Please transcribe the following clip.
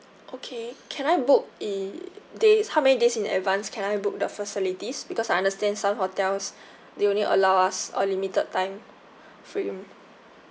okay can I book i~ days how many days in advance can I book the facilities because I understand some hotels they only allow us a limited time